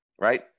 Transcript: right